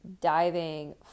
diving